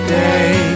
day